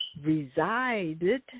resided